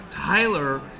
Tyler